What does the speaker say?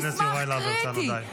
חבר הכנסת יוראי להב הרצנו, די.